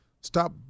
Stop